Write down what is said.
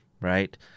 right